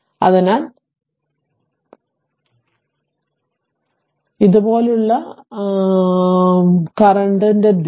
അതിനാൽ രോമങ്ങൾ ചലിപ്പിക്കുന്നതിന് മുമ്പ് രോമങ്ങൾ ചലിപ്പിക്കുന്നതിന് മുമ്പ് r ഇതുപോലെ ഞാൻ എടുത്ത കറന്റ് ദിശ